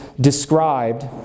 described